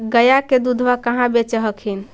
गया के दूधबा कहाँ बेच हखिन?